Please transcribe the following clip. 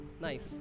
nice